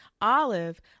Olive